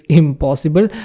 impossible